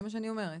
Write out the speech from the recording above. זה מה שאני אומרת.